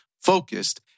focused